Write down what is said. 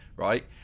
Right